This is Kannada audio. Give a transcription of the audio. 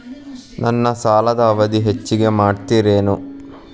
ನನ್ನ ಸಾಲದ ಅವಧಿ ಹೆಚ್ಚಿಗೆ ಮಾಡ್ತಿರೇನು?